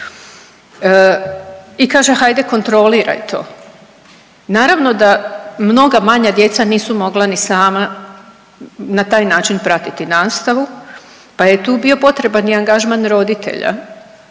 i kaže hajde kontroliraj to. Naravno da mnoga manja djeca nisu mogla ni sama na taj način pratiti nastavu pa je tu bio potreban i angažman roditelja